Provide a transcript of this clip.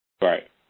Right